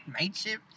mateship